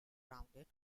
rounded